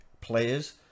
players